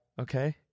okay